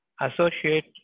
associate